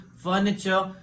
furniture